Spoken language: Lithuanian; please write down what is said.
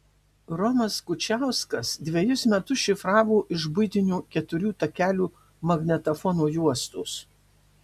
romas kučiauskas dvejus metus šifravo iš buitinio keturių takelių magnetofono juostos